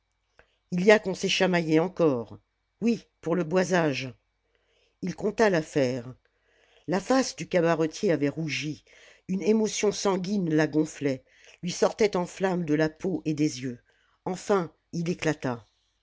il y a qu'on s'est chamaillé encore oui pour le boisage il conta l'affaire la face du cabaretier avait rougi une émotion sanguine la gonflait lui sortait en flammes de la peau et des yeux enfin il éclata